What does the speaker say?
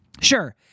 Sure